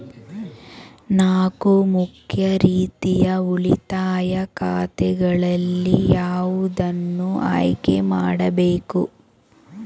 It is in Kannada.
ನಾಲ್ಕು ಮುಖ್ಯ ರೀತಿಯ ಉಳಿತಾಯ ಖಾತೆಗಳಲ್ಲಿ ಯಾವುದನ್ನು ಆಯ್ಕೆ ಮಾಡಬೇಕು?